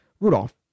Rudolph